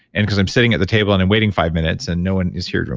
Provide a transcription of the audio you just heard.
and because i'm sitting at the table and i'm waiting five minutes and no one is here,